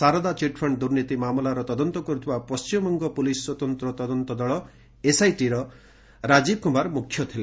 Saradha chit fund ଦୁର୍ନୀତି ମାମଲାର ତଦନ୍ତ କରୁଥିବା ପଶ୍ଚିମବଙ୍ଗ ପୁଲିସ୍ ସ୍ୱତନ୍ତ ତଦନ୍ତ ଦଳ ଏସ୍ଆଇଟିର ରାଜୀବ କୁମାର ମୁଖ୍ୟ ଥିଲେ